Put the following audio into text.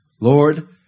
Lord